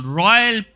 royal